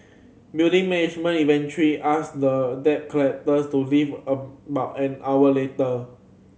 building management eventually asked the debt collectors to leave about an hour later